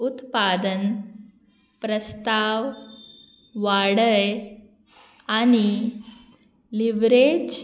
उत्पादन प्रस्ताव वाडय आनी लिव्हरेज